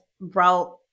brought